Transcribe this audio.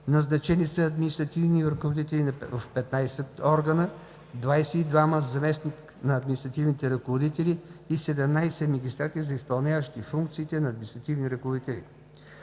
назначени са административни ръководители в 15 органа, 22 – за заместник на административните ръководители, и 17 магистрати за изпълняващи функциите на административни ръководители.